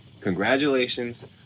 congratulations